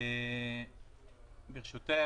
ברשותך,